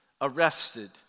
arrested